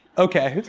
okay.